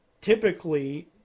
typically